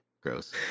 gross